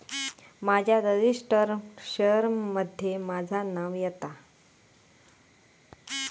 माझ्या registered share मध्ये माझा नाव येता